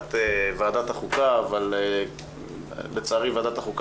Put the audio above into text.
מפקחת ועדת החוקה אבל לצערי ועדת החוקה